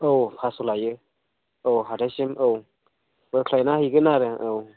औ पास्स' लायो औ हाथायसिम औ बोख्लायना हैगोन आरो